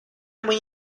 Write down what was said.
muy